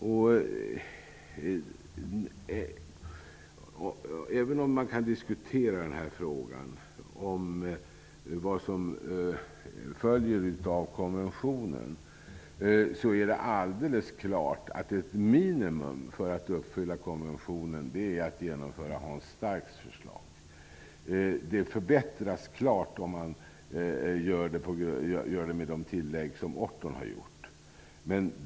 Även om man kan diskutera vad som följer av konventionen är det alldeles klart att ett minimum för att uppfylla konventionen är att genomföra Hans Starks förslag. Det förbättras klart om man gör de tillägg som Orton har föreslagit.